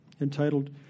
entitled